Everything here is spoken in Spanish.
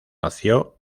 nació